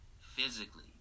physically